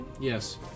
Yes